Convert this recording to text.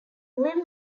lil